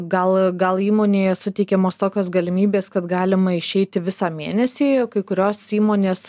gal gal įmonėje suteikiamos tokios galimybės kad galima išeiti visą mėnesį kai kurios įmonės